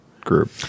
group